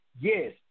Yes